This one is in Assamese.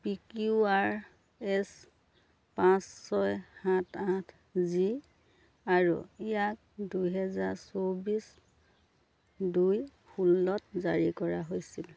পি কিউ আৰ এছ পাঁচ ছয় সাত আঠ জি আৰু ইয়াক দুহেজাৰ চৌবিছ দুই ষোল্লত জাৰী কৰা হৈছিল